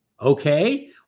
Okay